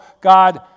God